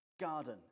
garden